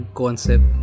concept